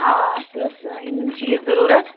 آ اَسہِ ٲس یِم چیٖز ضروٗرَت